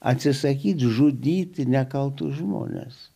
atsisakyti žudyti nekaltus žmones